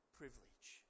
privilege